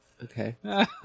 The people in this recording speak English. Okay